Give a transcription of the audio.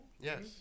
Yes